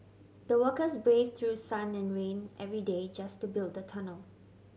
the workers brave through sun and rain every day just to build the tunnel